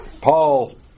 Paul